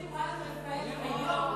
חברת הכנסת שולי מועלם.